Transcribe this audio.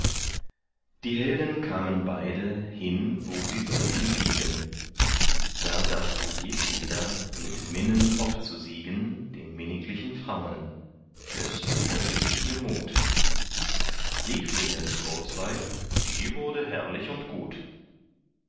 die helden kamen beide hin wo sie sollten liegen da dachte jedweder mit minnen obzusiegen den minniglichen frauen des freute sich ihr mut siegfriedens kurzweil die wurde herrlich und gut